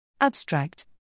Abstract